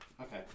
Okay